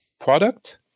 product